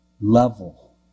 level